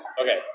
Okay